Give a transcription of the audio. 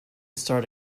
start